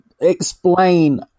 explain